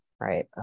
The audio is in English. Right